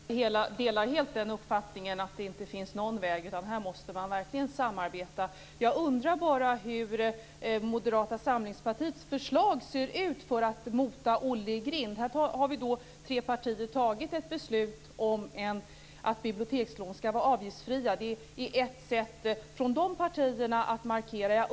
Fru talman! Jag delar helt uppfattningen att det inte bara finns en väg. Här måste man verkligen samarbeta. Jag undrar bara hur Moderata samlingspartiets förslag ser ut för att mota Olle i grind. Tre partier har ju fattat beslut om att bibliotekslån skall vara avgiftsfria. Det är ett sätt att markera från de partiernas sida.